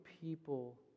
people